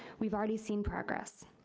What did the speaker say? we've already seen progress.